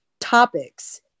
topics